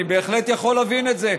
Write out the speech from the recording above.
אני בהחלט יכול להבין את זה.